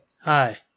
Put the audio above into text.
Hi